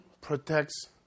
protects